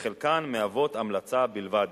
וחלקן מהוות המלצה בלבד.